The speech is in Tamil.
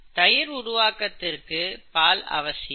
தயிர் உருவாகுவதற்கு பால் அவசியம்